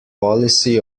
policy